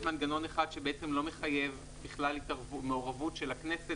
יש מנגנון אחד שבעצם לא מחייב בכלל מעורבות של הכנסת,